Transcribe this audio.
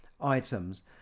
items